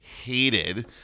hated